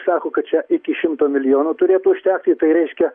sako kad čia iki šimto milijonų turėtų užtekti tai reiškia